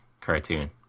cartoon